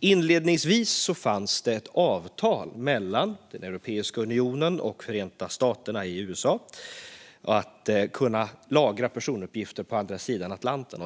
Inledningsvis fanns det ett avtal mellan Europeiska unionen och USA om att kunna lagra personuppgifter på andra sidan Atlanten.